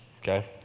okay